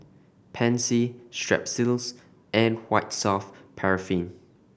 Pansy Strepsils and White Soft Paraffin